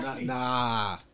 Nah